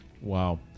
Wow